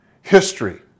history